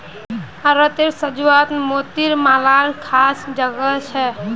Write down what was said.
औरतेर साज्वात मोतिर मालार ख़ास जोगो छे